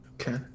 Okay